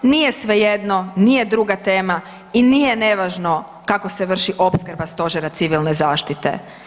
Nije svejedno, nije druga tema i nije nevažno kako se vrši opskrba stožera civilne zaštite.